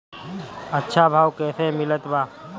अच्छा भाव कैसे मिलत बा?